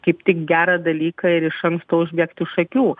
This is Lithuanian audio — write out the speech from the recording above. kaip tik gerą dalyką ir iš anksto užbėgt už akių